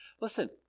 Listen